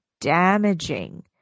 damaging